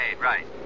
right